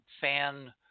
fan